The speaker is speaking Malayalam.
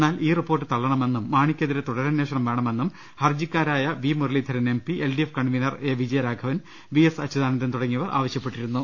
എന്നാൽ ഈ റിപ്പോർട്ട് തളളണമെന്നും മാണിക്കെതിരെ തുടരന്വേഷണം വേണമെന്നും ഹർജിക്കാരായ V Muraleedharan M P LDF convenor A Vijayaraghavan V S Achuthanandan തുടങ്ങിയവർ ആവശ്യപ്പെട്ടിരുന്നു